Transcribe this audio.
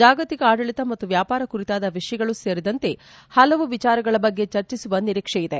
ಜಾಗತಿಕ ಆಡಳಿತ ಮತ್ತು ವ್ಯಾಪಾರ ಕುರಿತಾದ ವಿಷಯಗಳು ಸೇರಿದಂತೆ ಹಲವು ವಿಚಾರಗಳ ಬಗ್ಗೆ ಚರ್ಚಿಸುವ ನಿರೀಕ್ಷೆ ಇದೆ